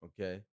okay